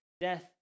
death